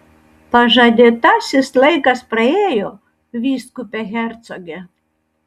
pažadėtasis laikas praėjo vyskupe hercoge